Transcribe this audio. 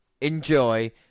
Enjoy